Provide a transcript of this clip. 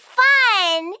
fun